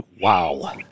Wow